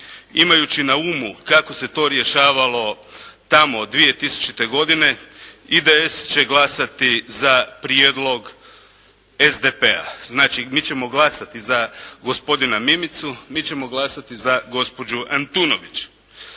imajući na umu kako se to rješavalo tamo 2000. godine, IDS će glasati za prijedlog SDP-a. Znači mi ćemo glasati za gospodina Mimicu, mi ćemo glasati za gospođu Antunović.